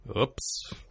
Oops